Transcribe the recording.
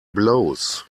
blows